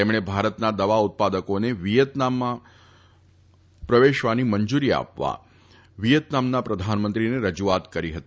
તેમણે ભારતના દવા ઉત્પાદનોને વિયેતનામમાં મોકલવા મંજુરી આપવા વિયેતનામના પ્રધાનમંત્રીને રજુઆત કરી હતી